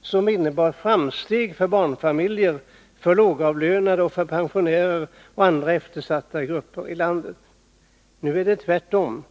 som innebar framsteg för barnfamiljer, lågavlönade, pensionärer och andra eftersatta grupper i landet. Nu är det tvärtom.